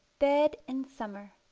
bed in summer